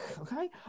okay